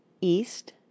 EAST